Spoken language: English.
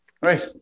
right